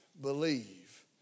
believe